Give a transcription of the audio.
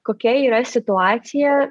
kokia yra situacija